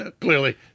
Clearly